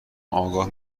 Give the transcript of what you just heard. آگاه